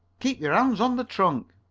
keep your hands on the trunk!